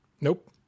Nope